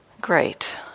great